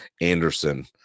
Anderson